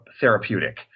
therapeutic